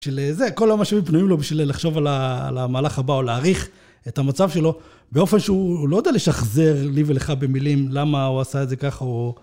כשזה, כל המשאבים פנויים לו בשביל לחשוב על המהלך הבא, או להעריך את המצב שלו באופן שהוא לא יודע לשחזר לי ולך במילים, למה הוא עשה את זה ככה או...